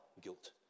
guilt